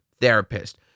therapist